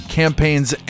campaigns